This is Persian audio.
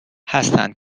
هستند